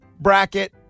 Bracket